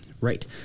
Right